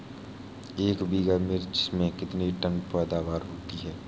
एक बीघा मिर्च में कितने टन पैदावार होती है?